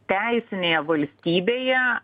teisinėje valstybėje